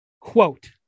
Quote